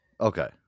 Okay